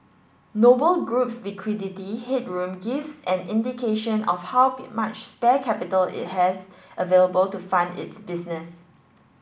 Noble Group's liquidity headroom gives an indication of how much spare capital it has available to fund its business